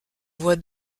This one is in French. voix